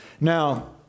Now